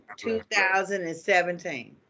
2017